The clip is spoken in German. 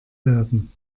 werden